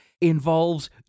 involves